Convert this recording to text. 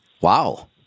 Wow